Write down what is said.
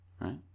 right